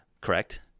Correct